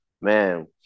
man